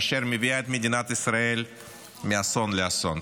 אשר מביאה את מדינת ישראל מאסון לאסון.